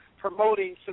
promoting